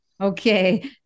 Okay